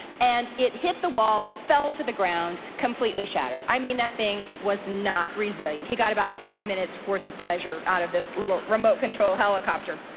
and it hit the wall, fell to the ground, completely shattered. i mean, that thing was not resilient. he got about five minutes worth of pleasure out of this little remote control helicopter,